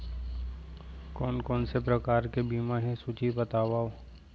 कोन कोन से प्रकार के बीमा हे सूची बतावव?